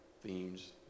themes